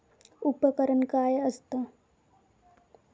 उपकरण काय असता?